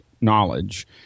knowledge